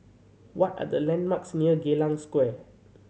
what are the landmarks near Geylang Square